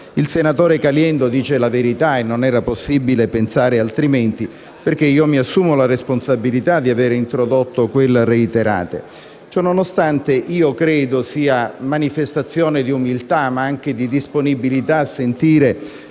Il senatore Caliendo dice la verità e non era possibile pensare altrimenti. Io mi assumo la responsabilità infatti di aver introdotto quel «reiterate». Ciononostante, credo sia manifestazione di umiltà ma anche di disponibilità sentire